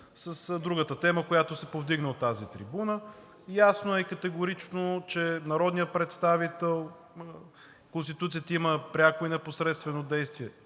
с другата тема, която се повдигна от тази трибуна. Ясно е категорично, че народният представител – Конституцията има пряко и непосредствено действие,